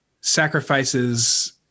sacrifices